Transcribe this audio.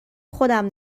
خودم